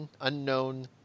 unknown